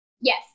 Yes